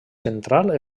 central